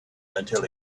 until